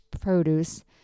produce